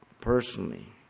personally